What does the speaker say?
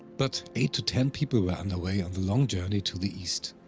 but eight to ten people were underway on the long journey to the east.